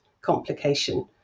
complication